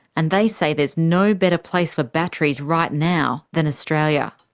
and they say there's no better place for batteries right now than australia.